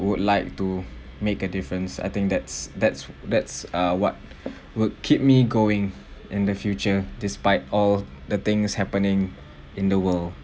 would like to make a difference I think that's that's that's uh what would keep me going in the future despite all the things happening in the world